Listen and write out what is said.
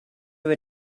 were